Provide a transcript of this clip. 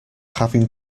having